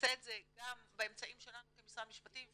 את זה גם באמצעים שלנו כמשרד המשפטים,